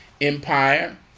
empire